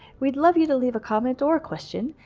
we'd love you to leave a comment or question,